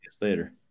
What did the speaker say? later